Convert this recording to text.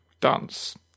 dance